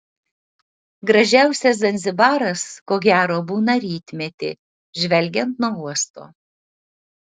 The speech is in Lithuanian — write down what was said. gražiausias zanzibaras ko gero būna rytmetį žvelgiant nuo uosto